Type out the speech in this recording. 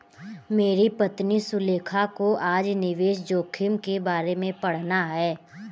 मेरी पत्नी सुलेखा को आज निवेश जोखिम के बारे में पढ़ना है